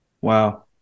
Wow